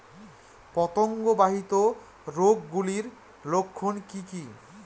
পতঙ্গ বাহিত রোগ গুলির লক্ষণ কি কি?